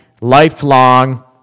lifelong